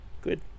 Good